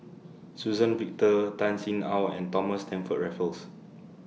Suzann Victor Tan Sin Aun and Thomas Stamford Raffles